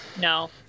No